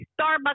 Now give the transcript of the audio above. Starbucks